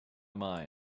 mind